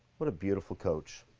what a beautiful coach.